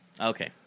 Okay